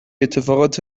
اتفاقات